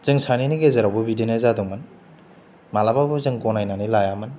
जों सानैनि गेजेरावबो बिदिनो जादोंमोन मालाबाबो जों गनायनानै लायामोन